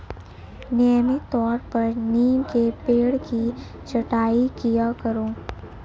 नियमित तौर पर नीम के पेड़ की छटाई किया करो